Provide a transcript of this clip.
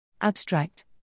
Abstract